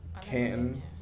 Canton